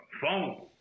phone